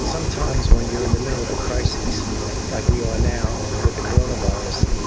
sometimes when you're in the middle of a crisis like we are now with the corona virus,